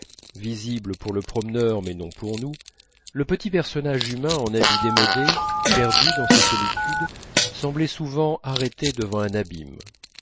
visible pour le promeneur mais non pour nous le petit personnage humain en habits démodés perdu dans ces solitudes semblait souvent arrêté devant un abîme